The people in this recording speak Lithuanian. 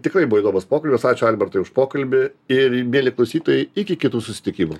tikrai buvo įdomus pokalbis ačiū albertui už pokalbį ir mieli klausytojai iki kitų susitikimų